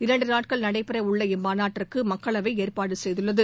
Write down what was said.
இரண்டு நாட்கள் நடைபெறவுள்ள இம்மாநட்டிற்கு மக்களவை ஏற்பாடு செய்துள்ளது